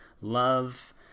Love